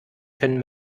können